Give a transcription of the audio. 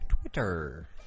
Twitter